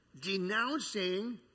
denouncing